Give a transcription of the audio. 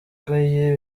arakaye